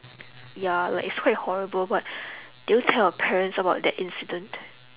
ya like it's quite horrible but did you tell your parents about that incident